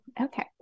Okay